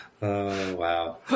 wow